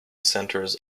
centers